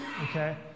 Okay